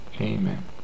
Amen